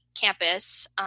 campus